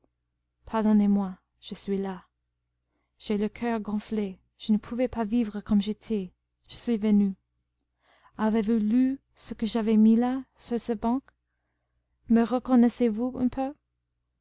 pardonnez-moi je suis là j'ai le coeur gonflé je ne pouvais pas vivre comme j'étais je suis venu avez-vous lu ce que j'avais mis là sur ce banc me reconnaissez-vous un peu